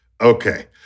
Okay